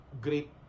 great